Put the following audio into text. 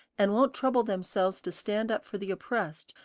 and won't trouble themselves to stand up for the oppressed,